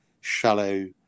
shallow